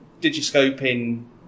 digiscoping